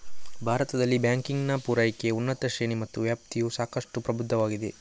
ಭಾರತದಲ್ಲಿ ಬ್ಯಾಂಕಿಂಗಿನ ಪೂರೈಕೆ, ಉತ್ಪನ್ನ ಶ್ರೇಣಿ ಮತ್ತು ವ್ಯಾಪ್ತಿಯು ಸಾಕಷ್ಟು ಪ್ರಬುದ್ಧವಾಗಿದೆ